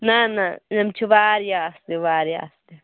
نَہ نَہ یِم چھِ واریاہ اَصلہِ واریاہ اَصلہِ